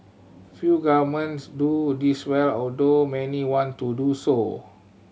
few governments do this well although many want to do so